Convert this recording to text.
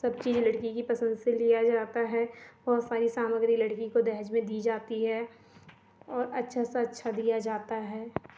सब चीज लड़की की पसंद से लिया जाता है बहुत सारी सामग्री लड़की को दहेज में दी जाती है और अच्छा सा अच्छा दिया जाता है